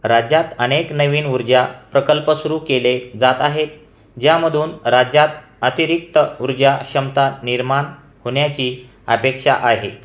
राज्यात अनेक नवीन ऊर्जा प्रकल्प सुरू केले जात आहेत ज्यामधून राज्यात अतिरिक्त ऊर्जा क्षमता निर्माण होण्याची अपेक्षा आहे